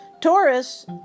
Taurus